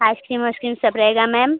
ice cream ओसक्रीम सब रहेगा मैम